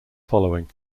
following